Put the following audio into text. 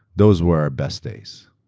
those were our best days.